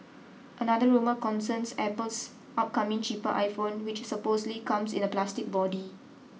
another rumour concerns Apple's upcoming cheaper iPhone which supposedly comes in a plastic body